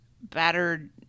battered